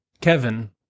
Kevin